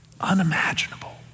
unimaginable